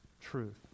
truth